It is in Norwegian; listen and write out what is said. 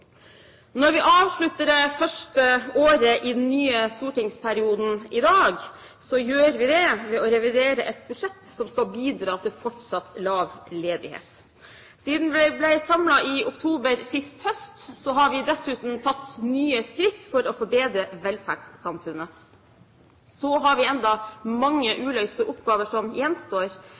Når vi avslutter det første året i den nye stortingsperioden i dag, gjør vi det ved å revidere et budsjett som skal bidra til fortsatt lav ledighet. Siden vi ble samlet i oktober sist høst, har vi dessuten tatt nye skritt for å forbedre velferdssamfunnet. Så har vi enda mange uløste oppgaver som gjenstår,